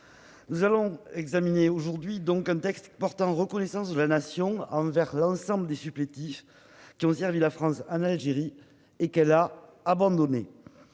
Nous examinons un projet de loi portant reconnaissance de la Nation envers l'ensemble des supplétifs qui ont servi la France en Algérie et que celle-ci a abandonnés.